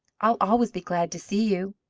i'll always be glad to see you.